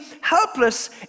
helpless